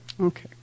Okay